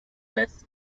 best